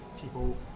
people